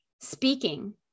speaking